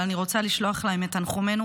אבל אני רוצה לשלוח להם את תנחומינו.